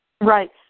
Right